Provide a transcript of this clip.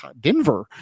Denver